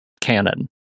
canon